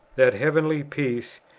that heavenly peace,